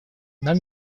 нам